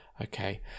Okay